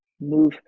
move